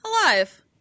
alive